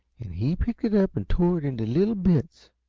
and he picked it up and tore it into little bits.